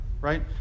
right